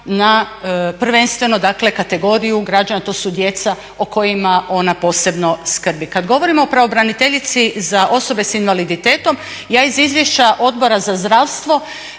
na, prvenstveno dakle kategoriju građana. To su djeca o kojima ona posebno skrbi. Kad govorimo o pravobraniteljici za osobe sa invaliditetom ja iz Izvješća Odbora za zdravstvo